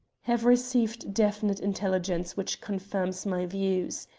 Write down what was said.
have received definite intelligence which confirms my views.